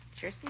Sure